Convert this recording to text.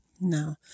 No